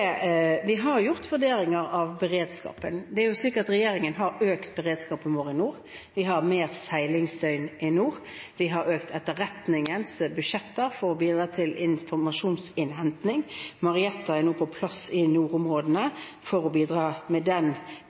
jo slik at regjeringen har økt beredskapen vår i nord, vi har flere seilingsdøgn i nord, vi har økt etterretningens budsjetter for å bidra til informasjonsinnhenting. Marietta er nå på plass i nordområdene for å bidra med den